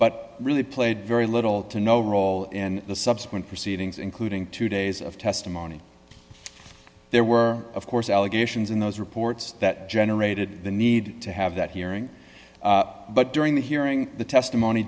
but really played very little to no role in the subsequent proceedings including two days of testimony there were of course allegations in those reports that generated the need to have that hearing but during the hearing the testimony